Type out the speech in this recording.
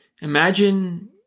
imagine